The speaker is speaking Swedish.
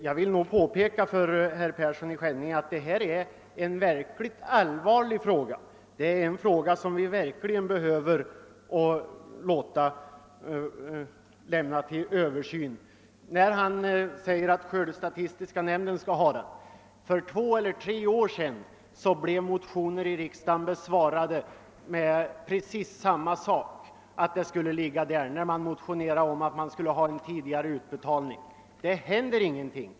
Jag vill påpeka för herr Persson i Skänninge att detta är en verkligt allvarlig fråga, som behöver ses över. Han säger att skördestatistiska nämnden skall behandla den. För två eller tre år sedan blev motioner i riksdagen om tidigare utbetalning besvarade med precis samma hänvisning. Det händer ingenting.